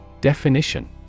Definition